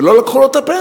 ולא לקחו לו את הפנסיה.